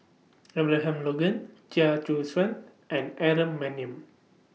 Abraham Logan Chia Choo Suan and Aaron Maniam